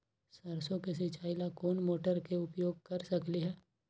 सरसों के सिचाई ला कोंन मोटर के उपयोग कर सकली ह?